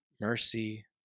mercy